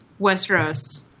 Westeros